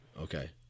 okay